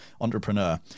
entrepreneur